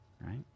right